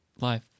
life